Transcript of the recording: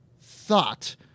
thought